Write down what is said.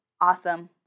Awesome